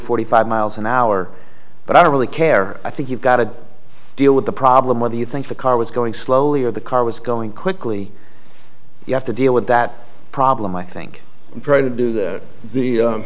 forty five miles an hour but i don't really care i think you've got to deal with the problem whether you think the car was going slowly or the car was going quickly you have to deal with that problem i think i'm trying to do that the